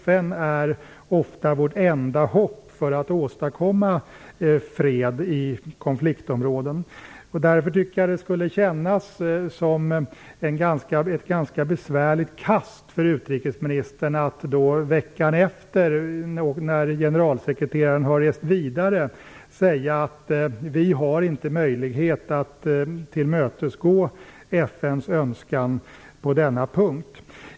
FN är ofta vårt enda hopp när det gäller att åstadkomma fred i konfliktdrabbade områden. Därför tycker jag att det skulle kännas som ett ganska besvärligt kast för utrikesministern att veckan efter det att generalsekreteraren har rest vidare säga att vi inte har möjlighet att tillmötesgå FN:s önskan på denna punkt.